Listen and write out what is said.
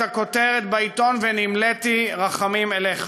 את הכותרת בעיתון ונמלאתי רחמים עליך.